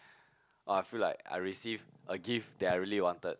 oh I feel like I receive a gift that I really wanted